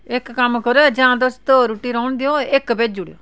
इक कम्म करो जां तुस दो रुट्टी रौह्न देओ इक भेजी ओड़ेओ